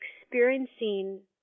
experiencing